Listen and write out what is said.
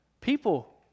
People